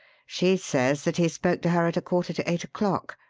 she says that he spoke to her at a quarter to eight o'clock.